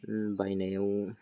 बायनायाव